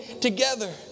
together